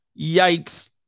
Yikes